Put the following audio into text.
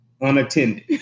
unattended